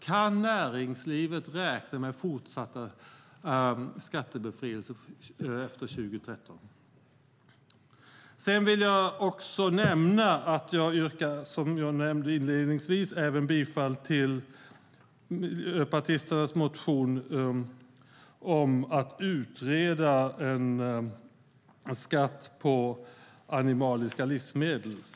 Kan näringslivet räkna med fortsatt skattebefrielse efter 2013? Sedan vill jag nämna, som jag sade inledningsvis, att jag yrkar bifall även till Vänsterpartiets reservation med anledning av Miljöpartiets motion om att utreda en skatt på animaliska livsmedel.